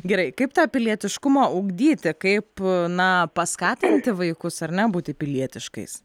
gerai kaip tą pilietiškumą ugdyti kaip na paskatinti vaikus ar ne būti pilietiškais